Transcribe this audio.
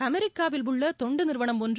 அமெரிக்காவில் உள்ள தொண்டு நிறுவனம் ஒன்று